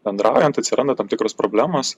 bendraujant atsiranda tam tikros problemos